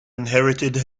inherited